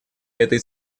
этой